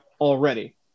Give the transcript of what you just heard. already